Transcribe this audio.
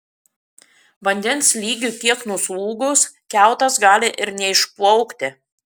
vandens lygiui kiek nuslūgus keltas gali ir neišplaukti